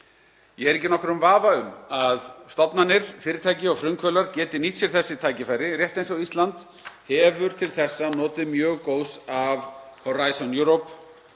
Ég er ekki í nokkrum vafa um að stofnanir, fyrirtæki og frumkvöðlar geti nýtt sér þessi tækifæri rétt eins og Ísland hefur til þessa notið mjög góðs af Horizon Europe,